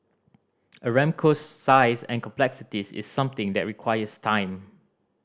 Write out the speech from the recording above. Aramco's size and complexities is something that requires time